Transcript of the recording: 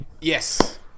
Yes